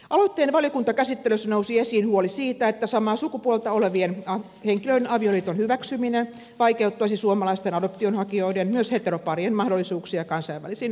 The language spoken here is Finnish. aloitteen valiokuntakäsittelyssä nousi esiin huoli siitä että samaa sukupuolta olevien henkilöiden avioliiton hyväksyminen vaikeuttaisi suomalaisten adoption hakijoiden myös heteropa rien mahdollisuuksia kansainvälisiin adoptioihin